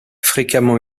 fréquemment